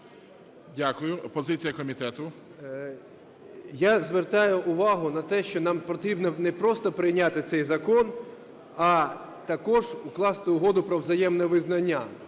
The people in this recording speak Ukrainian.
Я звертаю увагу на те, що нам потрібно не просто прийняти цей закон, а також укласти угоду про взаємне визнання,